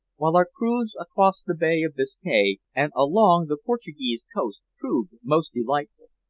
while our cruise across the bay of biscay and along the portuguese coast proved most delightful.